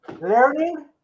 learning